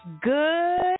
Good